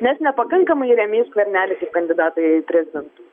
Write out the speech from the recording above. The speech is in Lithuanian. nes nepakankamai rėmei skvernelį kaip kandidatą į prezidentus